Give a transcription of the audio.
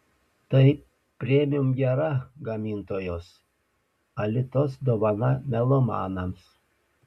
tai premium gera gamintojos alitos dovana melomanams